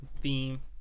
theme